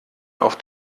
auf